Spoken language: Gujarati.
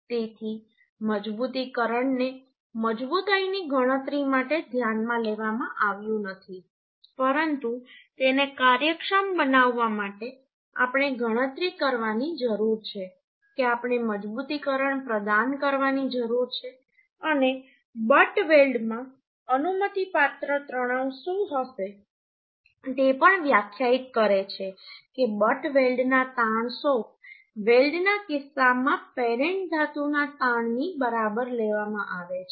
તેથી મજબૂતીકરણને મજબૂતાઈ ની ગણતરી માટે ધ્યાનમાં લેવામાં આવ્યું નથી પરંતુ તેને કાર્યક્ષમ બનાવવા માટે આપણે ગણતરી કરવાની જરૂર છે કે આપણે મજબૂતીકરણ પ્રદાન કરવાની જરૂર છે અને બટ વેલ્ડમાં અનુમતિપાત્ર તણાવ શું હશે તે પણ વ્યાખ્યાયિત કરે છે કે બટ વેલ્ડના તાણ શોપ વેલ્ડના કિસ્સામાં પેરેન્ટ ધાતુના તાણની બરાબર લેવામાં આવે છે